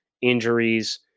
injuries